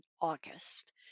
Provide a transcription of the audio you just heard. August